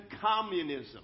communism